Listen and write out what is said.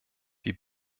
wir